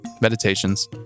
meditations